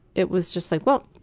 it was just like, well,